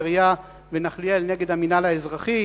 נרייה ונחליאל נגד המינהל האזרחי,